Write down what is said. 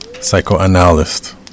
psychoanalyst